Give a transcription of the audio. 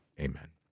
amen